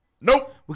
Nope